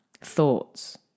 thoughts